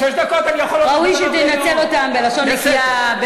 ראוי שתנצל אותן בלשון נקייה.